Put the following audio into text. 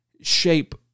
shape